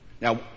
Now